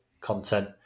content